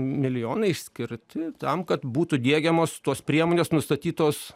milijonai išskirti tam kad būtų diegiamos tos priemonės nustatytos